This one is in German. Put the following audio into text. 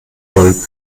wollen